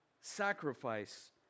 sacrifice